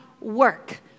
work